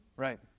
Right